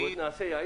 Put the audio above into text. בוא, נעשה יעיל.